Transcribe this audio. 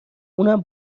اونم